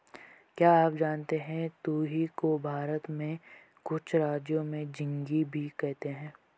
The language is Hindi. क्या आप जानते है तुरई को भारत के कुछ राज्यों में झिंग्गी भी कहते है?